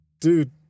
Dude